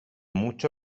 mucho